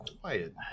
quiet